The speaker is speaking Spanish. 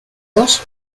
dos